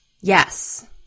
Yes